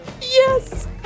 Yes